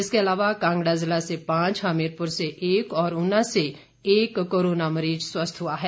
इसके अलावा कांगड़ा जिला से पांच हमीरपुर से एक और उना से एक कोरोना मरीज स्वस्थ हुए हैं